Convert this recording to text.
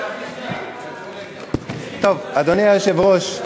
אדוני היושב-ראש,